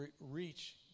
reach